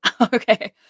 Okay